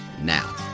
now